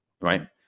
Right